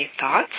thoughts